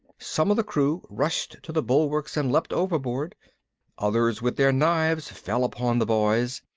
some of the crew rushed to the bulwarks and leapt overboard others with their knives fell upon the boys,